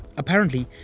apparently,